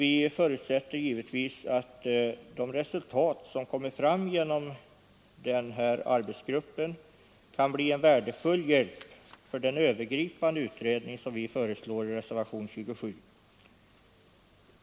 Vi förutsätter givetvis att de resultat som kommit fram genom den här arbetsgruppen kan bli en värdefull hjälp för den övergripande utredning som vi föreslår i reservation 27.